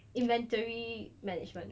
inventory management